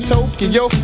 Tokyo